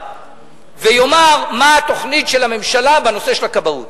ויאמר מה התוכנית של הממשלה בנושא הכבאות,